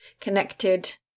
connected